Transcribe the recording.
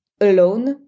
alone